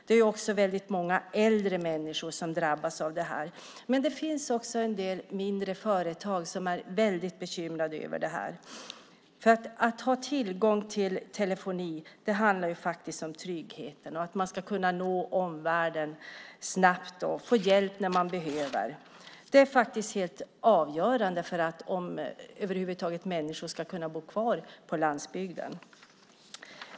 Det är många äldre människor som drabbas av det här. Men det finns också en del mindre företag som är bekymrade. Att ha tillgång till telefoni handlar om trygghet - att man ska kunna nå omvärlden snabbt och få hjälp när man behöver. Det är helt avgörande för att människor över huvud taget ska kunna bo kvar på landsbygden.